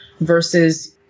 versus